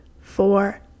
four